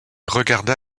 regarda